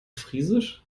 friesisch